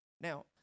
now